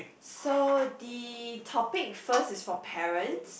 so the topic first is for parents